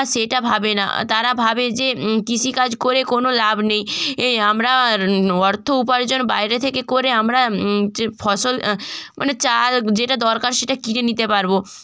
সেটা ভাবে না তারা ভাবে যে কৃষিকাজ করে কোনো লাভ নেই এই আমরা অর্থ উপার্জন বাইরে থেকে করে আমরা যে ফসল মানে চাল যেটা দরকার সেটা কিনে নিতে পারবো